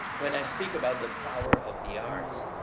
when i speak about the power of the arts,